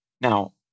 Now